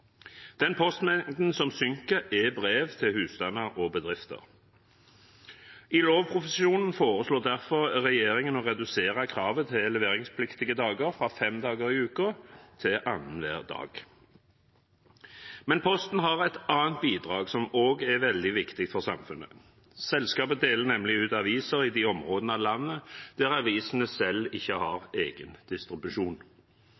Den postmengden som synker, er brev til husstander og bedrifter. I lovproposisjonen foreslår derfor regjeringen å redusere kravet til leveringspliktige dager fra fem dager i uken til annenhver dag. Men Posten har et annet bidrag, som også er veldig viktig for samfunnet. Selskapet deler nemlig ut aviser i de områdene av landet der avisene selv ikke